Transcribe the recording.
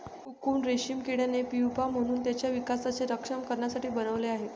cocoon रेशीम किड्याने pupa म्हणून त्याच्या विकासाचे रक्षण करण्यासाठी बनवले आहे